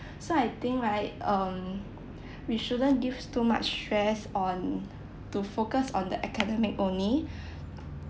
so I think right um we shouldn't gives too much stress on to focus on the academic only